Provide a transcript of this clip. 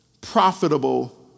profitable